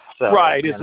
Right